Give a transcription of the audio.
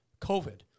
COVID